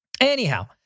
Anyhow